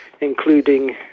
including